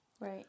Right